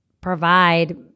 provide